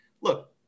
look